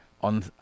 on